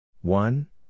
One